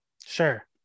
Sure